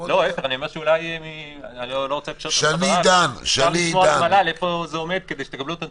אפשר לשמוע מהמל"ל איפה זה עומד כדי שתקבלו את הנתונים.